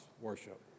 worship